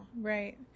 Right